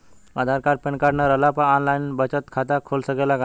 आधार card pan card न रहला पर आन लाइन बचत खाता खुल सकेला का?